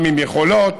עם עִם יכולות,